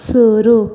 शुरू